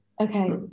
Okay